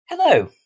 Hello